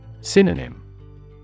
Synonym